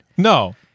No